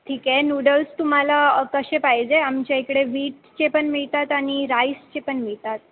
ठीक आहे नूडल्स तुम्हाला कसे पाहिजे आमच्या इकडे वीटचे पण मिळतात आणि राईसचे पण मिळतात